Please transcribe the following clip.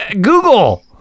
Google